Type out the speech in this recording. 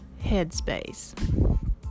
Headspace